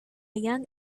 young